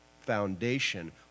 foundation